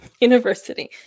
University